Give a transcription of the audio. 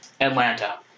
Atlanta